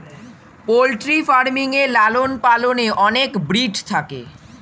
poultry farming এ লালন পালনে অনেক ব্রিড থাকে